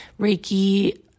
Reiki